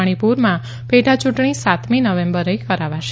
મણીપુરમાં પેટા ચુંટણી સાતમી નવેમ્બરે કરાવાશે